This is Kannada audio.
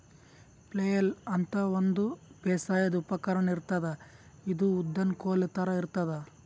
ಫ್ಲೆಯ್ಲ್ ಅಂತಾ ಒಂದ್ ಬೇಸಾಯದ್ ಉಪಕರ್ಣ್ ಇರ್ತದ್ ಇದು ಉದ್ದನ್ದ್ ಕೋಲ್ ಥರಾ ಇರ್ತದ್